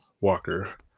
Walker